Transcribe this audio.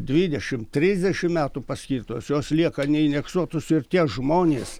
dvidešimt trisdešimt metų paskirtos jos lieka neindeksuotos ir tie žmonės